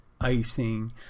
icing